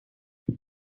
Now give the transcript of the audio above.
you